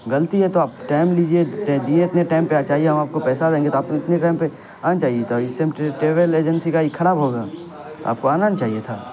غلطی ہے تو آپ ٹیم لیجیے چاہے دیے اتنی ٹیم پہ چاہیے ہم آپ کو پیسہ دیں گے تو آپ کو اتنی ٹیم پہ آنا چاہیے تو اس سے ہم ٹریول ایجنسی کا یہ خراب ہوگا آپ کو آنا نا چاہیے تھا